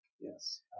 Yes